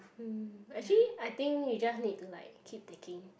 mm actually I think you just need to like keep taking